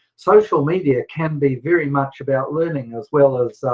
social media can be very much about learning as well as